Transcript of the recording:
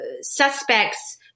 suspects